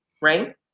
right